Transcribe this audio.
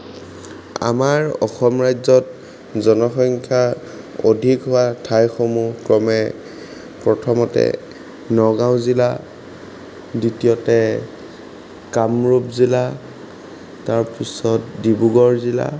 আমাৰ অসম ৰাজ্যত জনসংখ্যা অধিক হোৱা ঠাইসমূহ ক্ৰমে প্ৰথমতে নগাঁও জিলা দ্বিতিয়তে কামৰূপ জিলা তাৰপিছত ডিব্ৰুগড় জিলা